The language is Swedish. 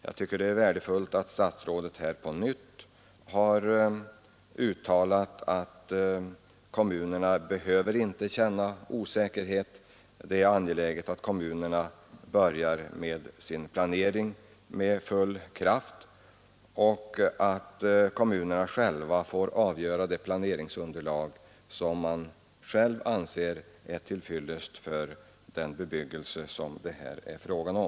Jag tycker att det är värdefullt att statsrådet här på nytt har uttalat att kommunerna inte behöver känna osäkerhet, att det är angeläget att kommunerna börjar med sin planering med full kraft och att de själva får avgöra vilket planeringsunderlag de anser vara till fyllest för den bebyggelse det här är fråga om.